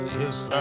yes